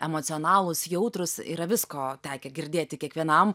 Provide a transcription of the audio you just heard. emocionalūs jautrūs yra visko tekę girdėti kiekvienam